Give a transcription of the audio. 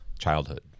Childhood